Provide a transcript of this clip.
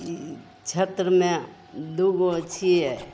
क्षेत्रमे दूगो छियै